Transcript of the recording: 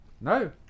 no